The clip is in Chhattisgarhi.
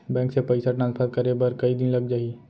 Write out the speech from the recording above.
बैंक से पइसा ट्रांसफर करे बर कई दिन लग जाही?